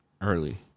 early